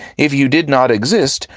if you did not exist,